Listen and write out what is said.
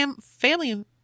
family